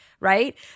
right